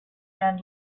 man